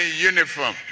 uniform